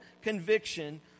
conviction